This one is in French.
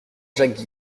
jacques